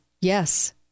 yes